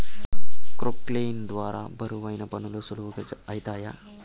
క్రొక్లేయిన్ ద్వారా బరువైన పనులు సులువుగా ఐతాయి